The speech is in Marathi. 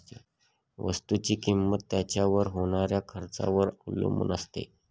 वस्तुची किंमत त्याच्यावर होणाऱ्या खर्चावर अवलंबून असते